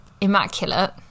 immaculate